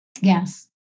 Yes